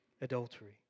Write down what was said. adultery